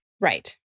Right